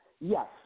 yes